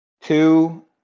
Two